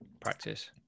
practice